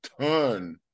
ton